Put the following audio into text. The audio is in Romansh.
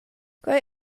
quei